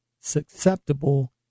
susceptible